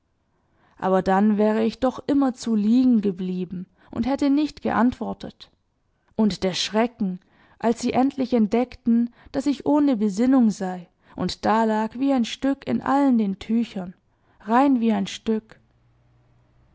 aber dann wäre ich doch immerzu liegengeblieben und hätte nicht geantwortet und der schrecken als sie endlich entdeckten daß ich ohne besinnung sei und dalag wie ein stück in allen den tüchern rein wie ein stück